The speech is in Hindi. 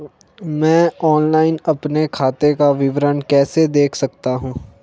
मैं ऑनलाइन अपने खाते का विवरण कैसे देख सकता हूँ?